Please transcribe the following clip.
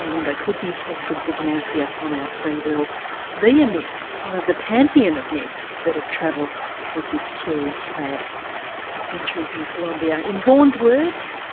wonder, could the effects of brugmansia on our free will be a myth? one of the pantheon of myths that have travelled with this curious plant for centuries in colombia. in vaughan's words,